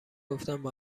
گفتم